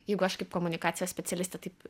jeigu aš kaip komunikacijos specialistė taip